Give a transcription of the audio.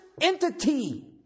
entity